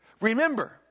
Remember